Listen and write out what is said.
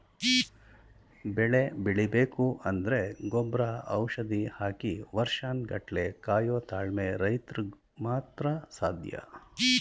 ಬೆಳೆ ಬೆಳಿಬೇಕು ಅಂದ್ರೆ ಗೊಬ್ರ ಔಷಧಿ ಹಾಕಿ ವರ್ಷನ್ ಗಟ್ಲೆ ಕಾಯೋ ತಾಳ್ಮೆ ರೈತ್ರುಗ್ ಮಾತ್ರ ಸಾಧ್ಯ